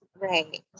Right